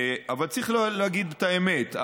אבל צריך להגיד את האמת,